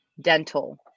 dental